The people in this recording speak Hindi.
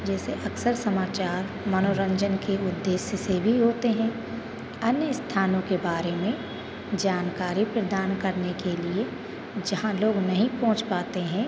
जैसे अक्सर समाचार मनोरंजन के उद्देश्य से भी होते हैं अन्य स्थानों के बारे में जानकारी प्रदान करने के लिए जहाँ लोग नहीं पहुँच पाते हैं